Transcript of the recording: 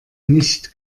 nicht